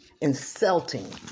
insulting